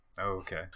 okay